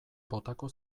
botako